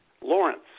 Lawrence